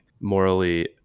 morally